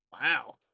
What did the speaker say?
Wow